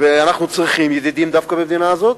ואנחנו צריכים ידידים דווקא מהמדינה הזאת,